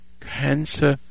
cancer